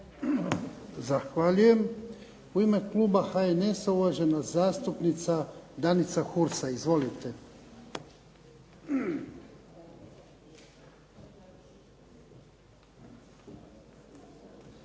Zahvaljujem. U ime Kluba HNS-a, uvažena zastupnica Danica Hursa. Izvolite.